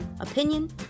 opinion